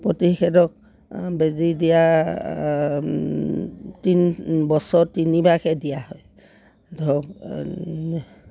প্ৰতিষেধক বেজী দিয়া তিনি বছৰত তিনিবাৰকৈ দিয়া হয় ধৰক